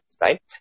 right